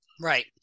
Right